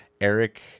Eric